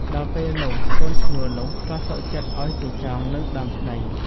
ដល់ពេលនោះកូនឈ្នួលនោះ ក៏សុខចិត្តឲ្យគេចងនឹងដើមស្តី។